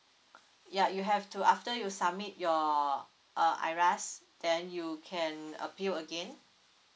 ya you have to after you submit your uh IRAS then you can appeal again